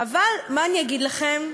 אבל מה אני אגיד לכם?